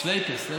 שלייקס?